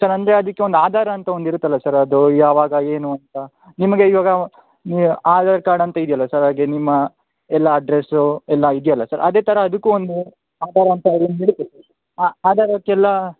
sir ಅಂದರೆ ಅದಕ್ಕೆ ಒಂದು ಆಧಾರ ಅಂತ ಒಂದು ಇರುತ್ತಲ್ಲ ಸರ್ ಅದು ಯಾವಾಗ ಏನು ಅಂತ ನಿಮಗೆ ಇವಾಗ ಆಧಾರ್ ಕಾರ್ಡ್ ಅಂತ ಇದೆಯಲ್ಲ ಸರ್ ಹಾಗೆ ನಿಮ್ಮ ಎಲ್ಲ ಅಡ್ರೆಸ್ಸು ಎಲ್ಲ ಇದೆಯಲ್ಲ ಸರ್ ಅದೇ ಥರ ಅದಕ್ಕೂ ಒಂದು ಆಧಾರ ಅಂತ ಅದೊಂದು ಇರುತ್ತೆ ಸರ್ ಹಾಂ ಆಧಾರಕ್ಕೆಲ್ಲ